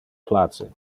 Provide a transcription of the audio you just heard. place